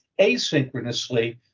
asynchronously